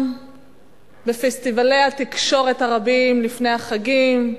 בפסטיבלי התקשורת הרבים לפני החגים,